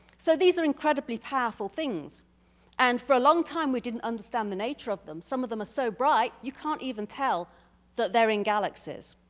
so these are incredibly powerful things and for a long time we didn't understand the nature of them. some of them are so bright, you can't even tell that they're in galaxies.